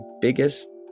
biggest